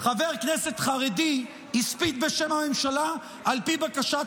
חבר כנסת חרדי, הספיד בשם הממשלה, על פי בקשת